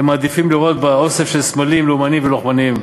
הם מעדיפים לראות בה אוסף של סמלים לאומניים ולוחמניים,